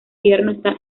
está